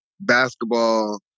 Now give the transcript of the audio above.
basketball